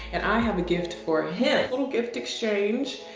and i have a gift for him. little gift exchange.